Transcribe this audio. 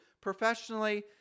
professionally